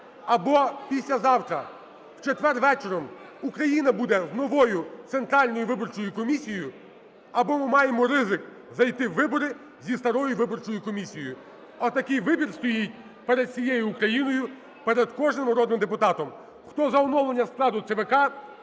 або післязавтра, в четвер, ввечері Україна буде з новою Центральною виборчою комісією, або ми маємо ризик зайти в вибори зі старою виборчою комісією. Отакий вибір стоїть перед всією Україною, перед кожним народним депутатом. Хто за оновлення складу ЦВК,